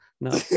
no